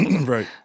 Right